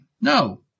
No